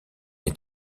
est